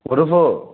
waterfall